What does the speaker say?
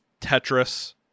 Tetris